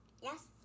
Yes